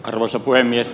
arvoisa puhemies